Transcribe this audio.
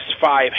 five